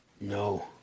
No